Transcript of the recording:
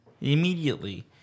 immediately